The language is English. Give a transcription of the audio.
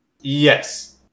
Yes